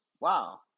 wow